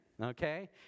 okay